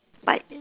but